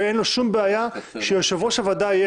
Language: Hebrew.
ואין לו שום בעיה שיושב-ראש הוועדה יהיה